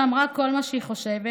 שאמרה כל מה שהיא חושבת,